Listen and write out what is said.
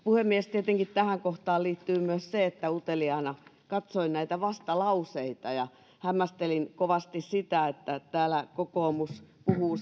puhemies tietenkin tähän kohtaan liittyy myös se että uteliaana katsoin näitä vastalauseita ja hämmästelin kovasti sitä että kokoomus puhuu